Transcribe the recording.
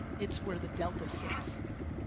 it's where the delta sits,